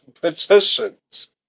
petitions